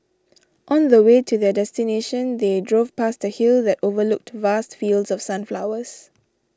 on the way to their destination they drove past a hill that overlooked vast fields of sunflowers